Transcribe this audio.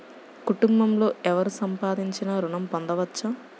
కుటుంబంలో ఎవరు సంపాదించినా ఋణం పొందవచ్చా?